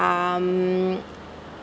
um